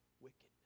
wickedness